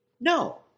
No